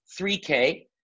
3K